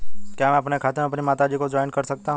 क्या मैं अपने खाते में अपनी माता जी को जॉइंट कर सकता हूँ?